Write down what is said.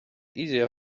easier